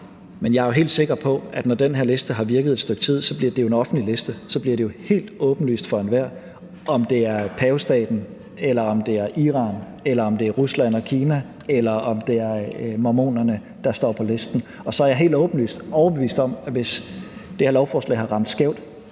Jeg er helt sikker på, at den her liste, når den har virket et stykke tid, bliver en offentlig liste. Så bliver det jo helt åbenlyst for enhver, om det er pavestaten, Iran, Rusland og Kina, eller om det er mormonerne, der står på listen. Jeg er helt åbenlyst overbevist om, at vi, hvis det her lovforslag har ramt skævt,